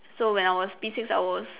so when I was P six I was